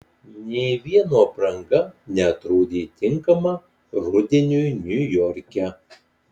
nė vieno apranga neatrodė tinkama rudeniui niujorke